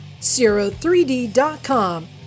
Zero3D.com